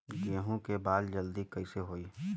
गेहूँ के बाल जल्दी कईसे होई?